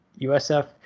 usf